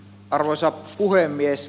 arvoisa puhemies